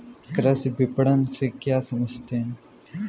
कृषि विपणन से क्या समझते हैं?